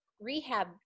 rehab